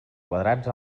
quadrats